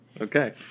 Okay